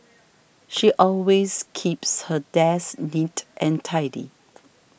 she always keeps her desk neat and tidy